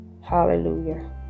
Hallelujah